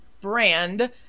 brand